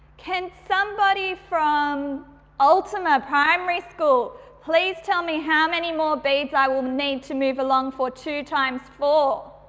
can somebody from ultima primary school please tell me how many more beads i will need to move along for two times four?